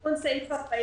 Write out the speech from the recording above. תיקון סעיף 41